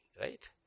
right